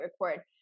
record